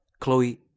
Chloe